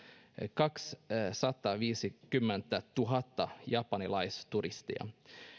kaksisataaviisikymmentätuhatta japanilaisturistia